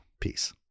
Peace